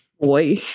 boy